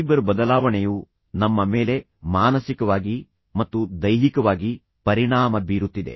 cyber ಬದಲಾವಣೆಯು ನಮ್ಮ ಮೇಲೆ ಮಾನಸಿಕವಾಗಿ ಮತ್ತು ದೈಹಿಕವಾಗಿ ಪರಿಣಾಮ ಬೀರುತ್ತಿದೆ